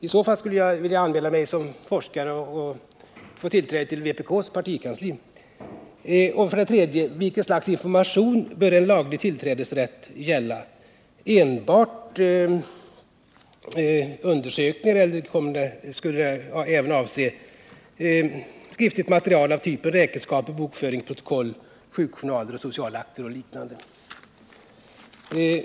I så fall skulle jag vilja anmäla mig som forskare för att få tillträde till vpk:s partikansli. Vilket slags information bör en laglig tillträdesrätt gälla? Skulle den enbart avse arbetsmiljöundersökningar eller skulle den även avse skriftligt material av typen räkenskaper, bokföring, protokoll, sjukjournaler, sociala akter och liknande?